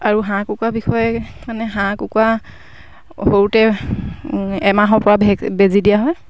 আৰু হাঁহ কুকুৰা বিষয়ে মানে হাঁহ কুকুৰা সৰুতে এমাহৰপৰা বেজী দিয়া হয়